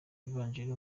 ivanjiri